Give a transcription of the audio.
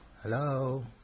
Hello